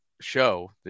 show